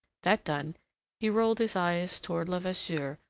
that done he rolled his eyes towards levasseur,